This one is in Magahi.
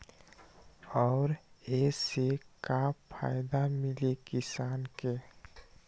और ये से का फायदा मिली किसान के?